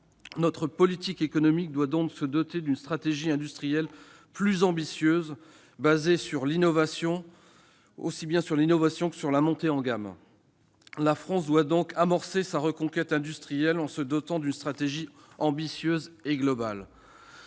notre politique économique doit donc se doter d'une stratégie industrielle ambitieuse, fondée aussi bien sur l'innovation que sur la montée en gamme. La France doit donc amorcer sa reconquête industrielle en se dotant d'une stratégie ambitieuse et globale.